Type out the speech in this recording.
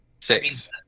six